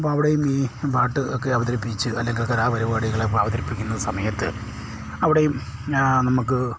അപ്പോൾ അവിടെയും ഈ പാട്ട് ഒക്കെ അവതരിപ്പിച്ച് അല്ലെങ്കിൽ കലാപരിപാടികളൊക്കെ അവതരിപ്പിക്കുന്ന സമയത്ത് അവിടെയും നമുക്ക്